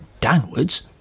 downwards